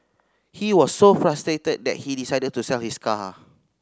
he was so frustrated that he decided to sell his car